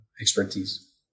expertise